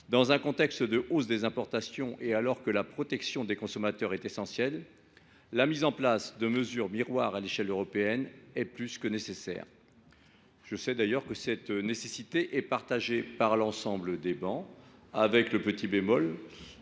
dans un contexte de hausse des importations et alors que la protection des consommateurs est essentielle, la mise en place de mesures miroirs à l’échelle européenne est plus que nécessaire. Je sais que cette nécessité fait consensus sur l’ensemble de nos travées,